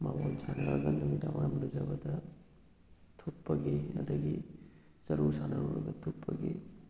marble ꯁꯥꯟꯅꯔꯒ ꯅꯨꯃꯤꯗꯥꯡ ꯋꯥꯏꯔꯝ ꯂꯨꯖꯕꯗ ꯊꯨꯞꯄꯒꯤ ꯑꯗꯒꯤ ꯆꯔꯨ ꯁꯥꯟꯅꯔꯨꯔꯒ ꯊꯨꯞꯄꯒꯤ